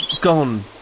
gone